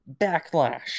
backlash